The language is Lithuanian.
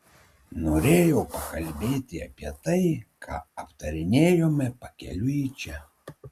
norėjau pakalbėti apie tai ką aptarinėjome pakeliui į čia